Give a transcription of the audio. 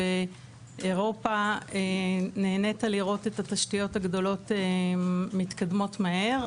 שבאירופה נהנית לראות את התשתיות הגדולות מתקדמות מהר,